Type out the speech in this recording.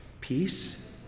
peace